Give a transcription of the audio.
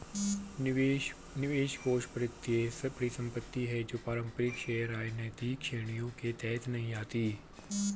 निवेश कोष वित्तीय परिसंपत्ति है जो पारंपरिक शेयर, आय, नकदी श्रेणियों के तहत नहीं आती